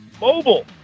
mobile